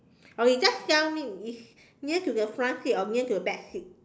or you just tell me it's near to the front seat or near to the back seat